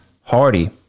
Hardy